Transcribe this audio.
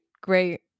great